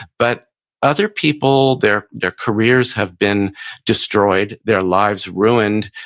but other people, their their careers have been destroyed, their lives ruined,